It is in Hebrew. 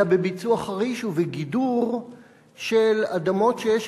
אלא בביצוע חריש ובגידור של אדמות שיש